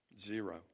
Zero